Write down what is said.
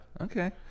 Okay